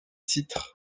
titres